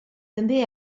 també